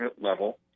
level